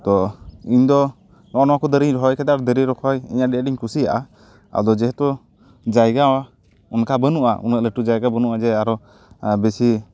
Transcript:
ᱛᱚ ᱤᱧ ᱫᱚ ᱱᱚᱜᱼᱱᱟ ᱠᱚ ᱫᱟᱨᱮᱧ ᱨᱚᱦᱚᱭ ᱠᱟᱫᱟ ᱫᱟᱨᱮ ᱨᱚᱦᱚᱭ ᱟᱹᱰᱤ ᱟᱸᱴᱤᱧ ᱠᱩᱥᱤᱭᱟᱜᱼᱟ ᱟᱫᱚ ᱡᱮᱦᱮᱛᱩ ᱡᱟᱭᱜᱟ ᱚᱱᱠᱟ ᱵᱟᱹᱱᱩᱜᱼᱟ ᱩᱱᱟᱹᱜ ᱞᱟᱹᱴᱩ ᱡᱟᱭᱜᱟ ᱵᱟᱹᱱᱩᱜᱼᱟ ᱡᱮ ᱟᱨᱚ ᱵᱮᱥᱤ